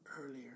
earlier